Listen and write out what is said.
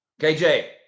KJ